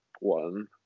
one